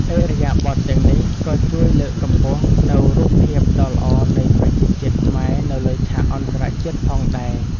ឥរិយាបថទាំងនេះក៏ជួយលើកកម្ពស់នូវរូបភាពដ៏ល្អនៃប្រជាជាតិខ្មែរនៅលើឆាកអន្តរជាតិផងដែរ។